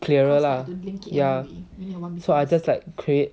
clearer lah ya so I just like create